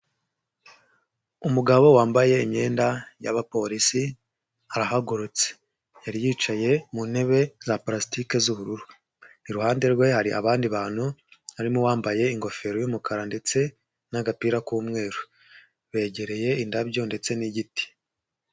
Umugabo wambaye imyenda y'abapolisi arahagurutse. Yari yicaye mu ntebe za pulasitike z'ubururu. Iruhande rwe hari abandi bantu barimo abambaye ingofero y'umukara ndetse n'agapira k'umweru, begereye indabyo ndetse n'igiti.